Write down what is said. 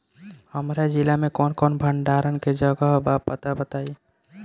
हमरा जिला मे कवन कवन भंडारन के जगहबा पता बताईं?